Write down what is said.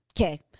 okay